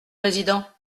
président